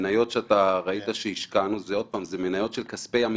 המניות שראית שהשקענו הן מניות של כספי עמיתים.